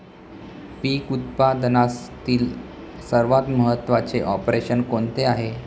पीक उत्पादनातील सर्वात महत्त्वाचे ऑपरेशन कोणते आहे?